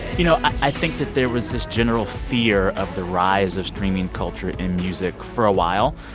you know, i think that there was this general fear of the rise of streaming culture in music for a while.